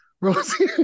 rosie